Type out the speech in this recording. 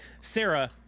Sarah